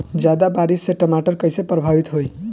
ज्यादा बारिस से टमाटर कइसे प्रभावित होयी?